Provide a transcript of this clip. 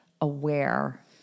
aware